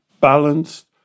balanced